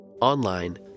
online